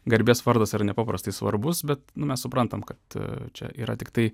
garbės vardas yra nepaprastai svarbus bet mes suprantame kad čia yra tiktai